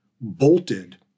bolted